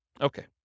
Okay